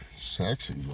Sexy